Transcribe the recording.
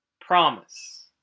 promise